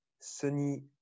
sunny